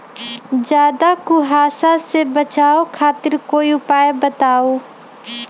ज्यादा कुहासा से बचाव खातिर कोई उपाय बताऊ?